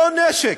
אותו נשק,